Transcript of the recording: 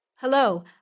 Hello